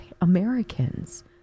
Americans